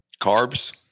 Carbs